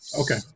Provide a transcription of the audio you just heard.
Okay